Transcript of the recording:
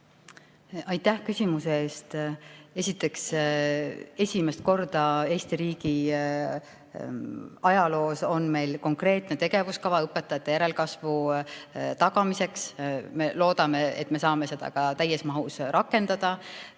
Aitäh küsimuse eest! Esiteks, esimest korda Eesti riigi ajaloos on meil konkreetne tegevuskava õpetajate järelkasvu tagamiseks. Me loodame, et me saame seda ka täies mahus rakendada.